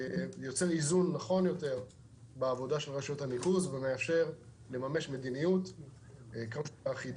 יוצר איזון נכון יותר בעבודת רשויות הניקוז ומאפשר לממש מדיניות אחידה